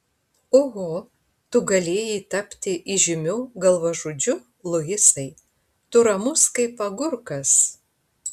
oho tu galėjai tapti įžymiu galvažudžiu luisai tu ramus kaip agurkas